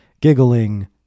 giggling